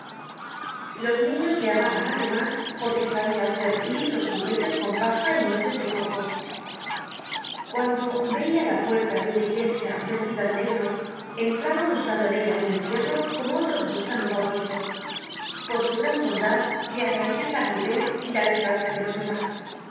los niños le amaban además porque sabia hacer lindos juguetes con paja y nueces de coco cuando veia la puerta de una iglesia vestida de negro entraba buscando en ella un entierro como otros buscan un bautizo por su gran bondad le atraian la viudez y la desgracia de los demás